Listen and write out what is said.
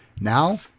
Now